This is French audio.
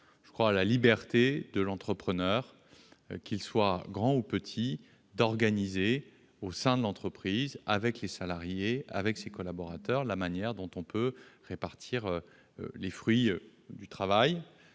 Je crois à la liberté de l'entrepreneur, qu'il soit grand ou petit, d'organiser au sein de l'entreprise, avec les salariés et ses collaborateurs, la manière dont on peut répartir les fruits du travail